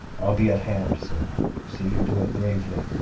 i'll be at hand, sir see you do it bravely.